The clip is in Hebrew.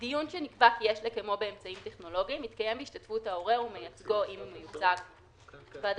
לפי סימן ה' לתקנות שוויון זכויות